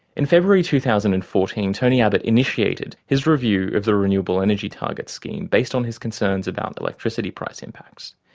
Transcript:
in february two thousand and fourteen, tony abbott initiated his review of the renewable energy target scheme, based on his concerns about electricity price impacts.